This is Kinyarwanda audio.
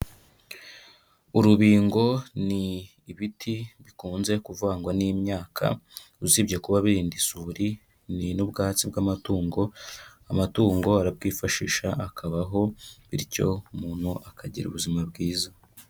Urubingo ni ibiti bikunze kuvangwa n'imyaka usibye kuba birinda isuri ni n'ubwatsi bw'amatungo, amatungo arabwifashisha akabaho bityo umuntu akagira ubuzima bwiza.